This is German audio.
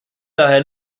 daher